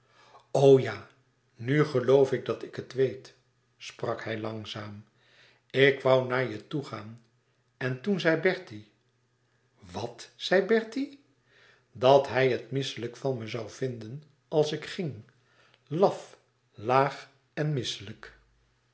o ja nu geloof ik dat ik het weet sprak hij langzaam ik wou naar je toe gaan en toen zei bertie wàt zei bertie dat hij het misselijk van me zoû vinden als ik ging laf laag en